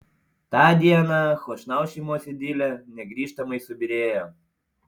tą dieną chošnau šeimos idilė negrįžtamai subyrėjo